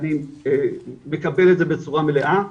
אני מקבל את זה בצורה מלאה.